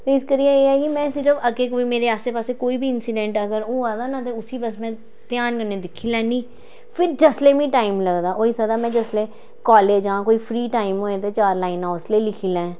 इस करियै एह् ऐ कि में सिर्फ अग्गें कोई मेरे आसै पासै कोई बी इंसीडेंट अगर होआ दा ना ते उसी बस में ध्यान कन्नै दिक्खी लैन्नी फिर जिसलै मिगी टाईम लगदा होई सकदा में जिसलै कॉलेज जां कोई फ्री टाईम होऐ ते चार लाईनां उसलै लिखी लैं